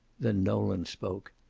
then nolan spoke.